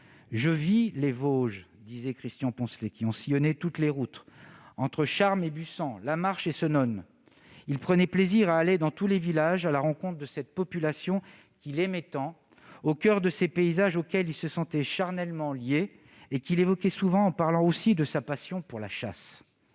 « Je vis les Vosges », disait Christian Poncelet, qui en sillonnait toutes les routes. Entre Charmes et Bussang, Lamarche et Senones, il prenait plaisir à aller dans tous les villages, à la rencontre de cette population qu'il aimait tant, au coeur de ces paysages auxquels il se sentait charnellement lié et qu'il évoquait souvent en parlant aussi de sa passion pour la chasse.